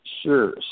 Sure